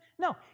No